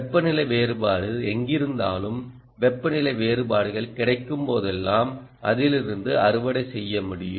வெப்பநிலை வேறுபாடு எங்கிருந்தாலும் வெப்பநிலை வேறுபாடுகள் கிடைக்கும்போதெல்லாம் அதிலிருந்து அறுவடை செய்ய முடியும்